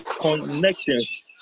connections